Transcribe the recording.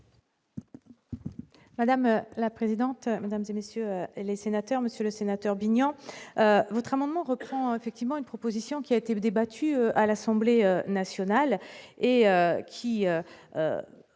Madame la présidente, mesdames et messieurs les sénateurs, Monsieur le Sénateur Bignan votre moment reprend effectivement une proposition qui a été débattu à l'Assemblée nationale et qui